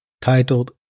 titled